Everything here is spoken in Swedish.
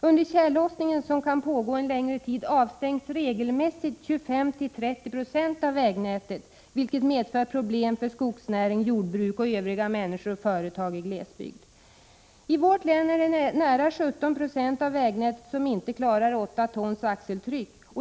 Under tjällossningen, som kan pågå under en längre tid, avstängs regelmässigt 25-30 20 av vägnätet, vilket medför problem för skogsnäring, jordbruk och övriga människor och företag i glesbygd. I vårt län klarar nära 17 96 av vägnätet inte 8 tons axeltryck.